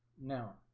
no,